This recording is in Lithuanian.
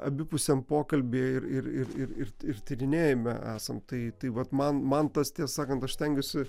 abipusiam pokalbyje ir ir ir ir tyrinėjime esam tai vat man man tas tiesą sakant aš stengiuosi